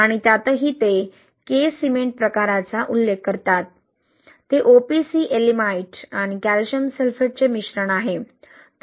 आणि त्यातही ते K सिमेंट प्रकाराचा उल्लेख करतात ते OPC Yeelimite आणि कॅल्शियम सल्फेटचे मिश्रण आहे